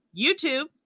youtube